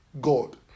God